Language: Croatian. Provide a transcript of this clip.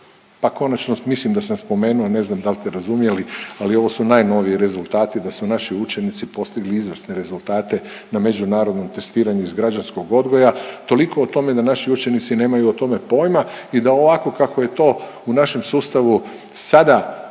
pa konačno, mislim da sam spomenuo, ne znam dal ste razumjeli ali ovo su najnoviji rezultati da su naši učenici postigli izvrsne rezultate na međunarodnom testiranju iz građanskog odgoja. Toliko o tome da naši učenici nemaju o tome pojma i da ovako kako je to u našem sustavu sada